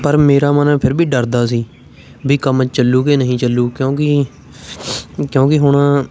ਪਰ ਮੇਰਾ ਮਨ ਫਿਰ ਵੀ ਡਰਦਾ ਸੀ ਵੀ ਕੰਮ ਚੱਲੂ ਕਿ ਨਹੀਂ ਚੱਲੂ ਕਿਉਂਕਿ ਕਿਉਂਕਿ ਹੁਣ